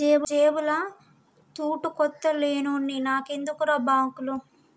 జేబుల తూటుకొత్త లేనోన్ని నాకెందుకుర్రా బాంకులు